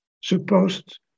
supposed